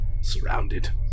surrounded